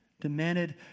demanded